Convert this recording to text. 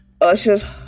usher